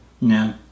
No